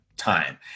Time